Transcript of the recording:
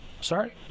Sorry